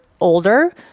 older